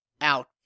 out